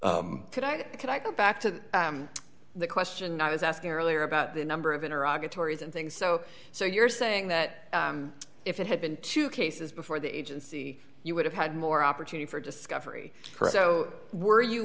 s could i could i go back to the question i was asking earlier about the number of iraq and tories and things so so you're saying that if it had been two cases before the agency you would have had more opportunity for discovery so were you